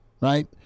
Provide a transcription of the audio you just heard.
right